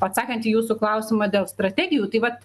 atsakant į jūsų klausimą dėl strategijų tai vat